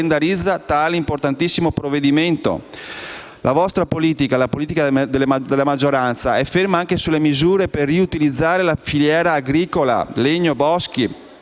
La vostra politica, la politica della maggioranza è ferma anche sulle misure per riutilizzare la filiera agricola (legno e boschi),